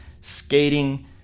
skating